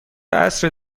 عصر